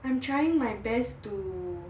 I'm trying my best to not spend